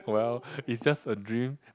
well it's just a dream